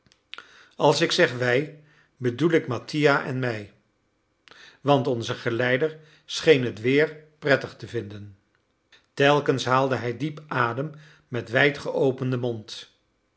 als ik zeg wij bedoel ik mattia en mij want onze geleider scheen het weer prettig te vinden telkens haalde hij diep adem met wijd geopenden mond